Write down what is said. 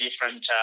different